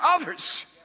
others